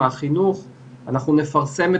כי הם יותר מחצינים ומתנהגים את